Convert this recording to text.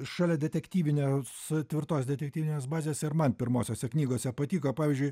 šalia detektyvinės tvirtos detektyvinės bazės ir man pirmosiose knygose patiko pavyzdžiui